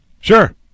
Sure